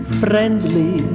friendly